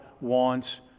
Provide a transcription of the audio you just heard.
wants